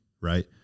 Right